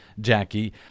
Jackie